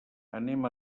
anem